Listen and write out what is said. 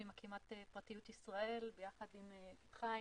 אני ממקימי "פרטיות ישראל" ביחד עם חיים,